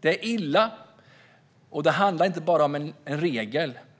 Det är illa, och det handlar inte bara om en